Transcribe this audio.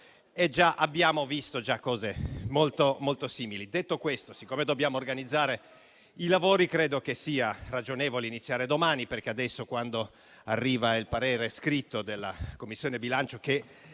ma abbiamo già visto cose molto simili. Detto questo, siccome dobbiamo organizzare i lavori, credo che sia ragionevole iniziare domani, perché adesso, quando arriverà il parere scritto della Commissione bilancio